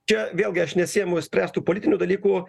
čia vėlgi aš nesiimu spręst tų politinių dalykų